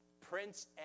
Prince